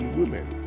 women